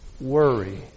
worry